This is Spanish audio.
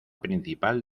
principal